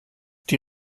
die